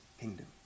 kingdom